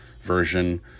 version